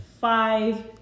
five